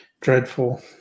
dreadful